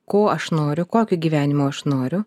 ko aš noriu kokio gyvenimo aš noriu